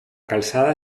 calzada